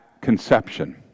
conception